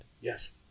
Yes